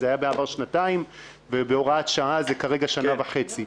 זה היה שנתיים, ובהוראת שעה זה כרגע שנה וחצי.